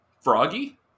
Froggy